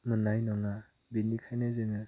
मोननाय नङा बिनिखायनो जोङो